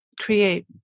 create